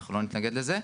אנחנו לא נתנגד לזה.